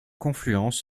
confluence